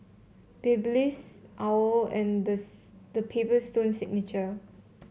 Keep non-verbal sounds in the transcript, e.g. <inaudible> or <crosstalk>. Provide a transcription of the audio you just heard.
Babyliss OWL and the <unintelligible> The Paper Stone Signature